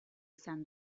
izan